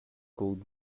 could